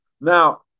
Now